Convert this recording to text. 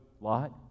Lot